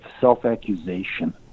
self-accusation